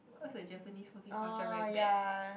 cause the Japanese working culture very bad